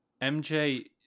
MJ